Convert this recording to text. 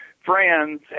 friends